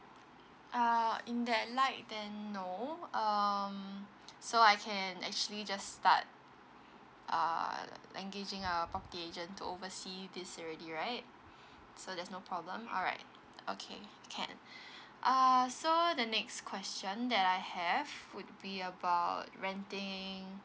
err in that light then no um so I can actually just start err engaging a property agent to oversee this already right so there's no problem alright okay can err so the next question that I have would be about renting